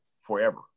forever